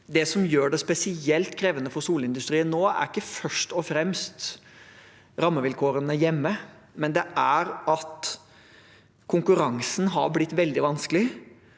Det som gjør det spesielt krevende for solindustrien nå, er ikke først og fremst rammevilkårene hjemme, men det er at konkurransen har blitt veldig vanskelig.